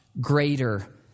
greater